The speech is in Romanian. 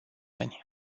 ani